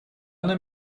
нам